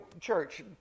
church